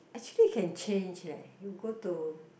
actually you can change leh you go to